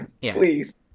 Please